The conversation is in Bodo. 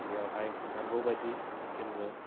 बेयावहाय नांगौबायदि जोंनो